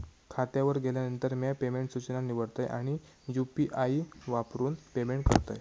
खात्यावर गेल्यानंतर, म्या पेमेंट सूचना निवडतय आणि यू.पी.आई वापरून पेमेंट करतय